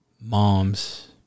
moms